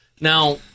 Now